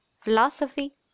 philosophy